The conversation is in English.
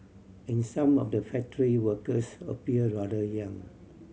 and some of the factory workers appear rather young